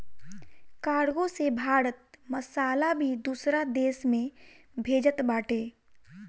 cargo से भारत मसाला भी दूसरा देस में भेजत बाटे